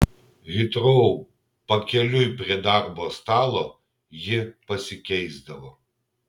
hitrou pakeliui prie darbo stalo ji pasikeisdavo